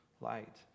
light